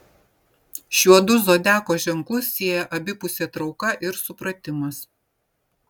šiuodu zodiako ženklus sieja abipusė trauka ir supratimas